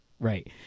right